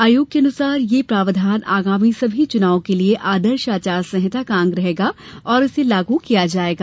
आयोग के अनुसार यह प्रावधान आगामी सभी चुनावों के लिए आदर्श आचार संहिता का अंग रहेगा और इसे लागू किया जाएगा